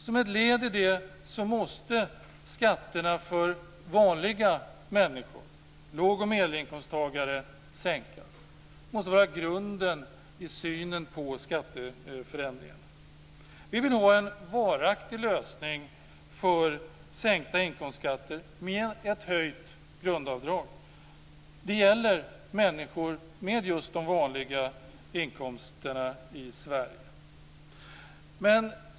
Som ett led i det måste skatterna för vanliga människor, låg och medelinkomsttagare, sänkas. Det måste vara grunden i synen på skatteförändringarna. Vi vill ha en varaktig lösning för sänkta inkomstskatter, med ett höjt grundavdrag. Det gäller människor med just de vanliga inkomsterna i Sverige.